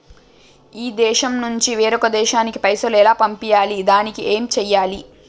ఈ దేశం నుంచి వేరొక దేశానికి పైసలు ఎలా పంపియ్యాలి? దానికి ఏం చేయాలి?